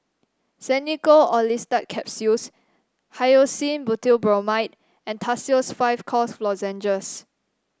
Xenical Orlistat Capsules Hyoscine Butylbromide and Tussils five Cough Lozenges